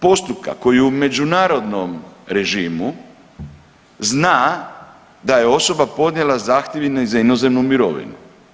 postupka koji u međunarodnom režimu zna da je osoba podnijela zahtjev i za inozemnu mirovinu.